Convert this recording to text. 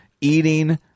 eating